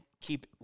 keep